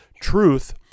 truth